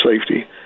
safety